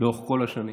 לאורך כל השנים